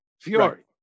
Fury